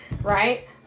right